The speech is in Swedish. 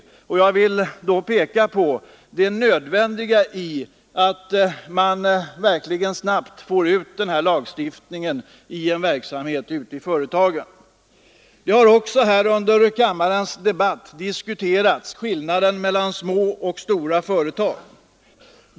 Jag vill peka på det nödvändiga i att man verkligen snabbt får ut den här lagstiftningen i tillämpning på företagen. Under kammarens debatt har också diskuterats skillnaderna mellan små och stora företag.